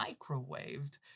microwaved